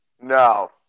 No